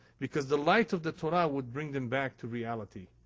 because the light of the torah would bring them back to reality.